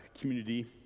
community